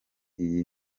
iyi